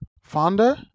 founder